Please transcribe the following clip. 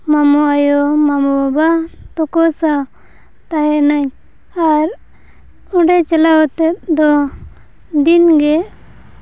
ᱢᱟᱢᱟ ᱟᱭᱳᱼᱢᱟᱢᱟ ᱵᱟᱵᱟ ᱛᱟᱠᱚ ᱥᱟᱶ ᱛᱟᱦᱮᱱᱟᱹᱧ ᱟᱨ ᱚᱸᱰᱮ ᱪᱟᱞᱟᱣ ᱠᱟᱛᱮ ᱫᱚ ᱫᱤᱱ ᱜᱮ